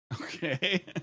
Okay